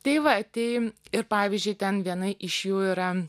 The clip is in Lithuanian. tai va tai ir pavyzdžiui ten viena iš jų yra